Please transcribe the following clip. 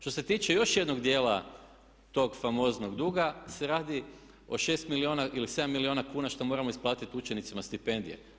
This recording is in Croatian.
Što se tiče još jednog dijela tog famoznog duga se radi o 6 ili 7 milijuna kuna što moramo isplatiti učenicima stipendije.